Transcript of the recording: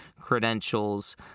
credentials